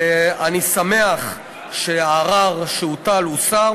אני שמח שהערר שהוטל הוסר,